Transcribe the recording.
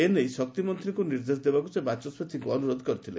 ଏ ନେଇ ଶକ୍ତିମନ୍ତୀଙ୍କୁ ନିର୍ଦ୍ଦେଶ ଦେବାକୁ ସେ ବାଚସ୍ୱତିଙ୍କୁ ଅନୁରୋଧ କରିଥିଲେ